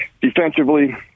defensively